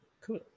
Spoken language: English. Cool